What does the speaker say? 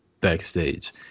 backstage